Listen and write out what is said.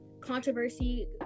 controversy